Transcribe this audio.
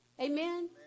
Amen